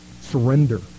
Surrender